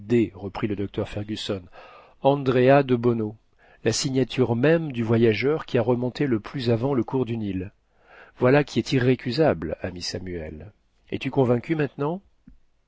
reprit le docteur fergusson andrea debono la signature même du voyageur qui a remonté le plus avant le cours du nil voilà qui est irrécusable ami samuel es-tu convaincu maintenant